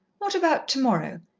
what about tomorrow?